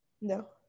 No